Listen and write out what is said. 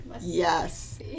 yes